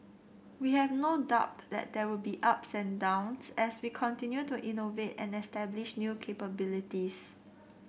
we have no doubt that there will be ups and downs as we continue to innovate and establish new capabilities